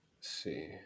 See